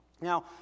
Now